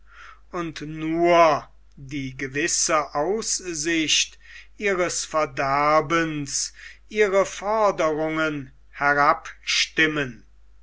und nur die gewisse aussicht ihres verderbens ihre forderungen